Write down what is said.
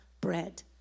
bread